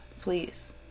please